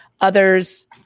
Others